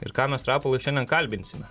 ir ką mes rapolai šiandien kalbinsime